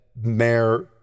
Mayor